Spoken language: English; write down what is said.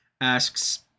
asks